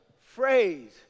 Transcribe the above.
phrase